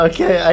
Okay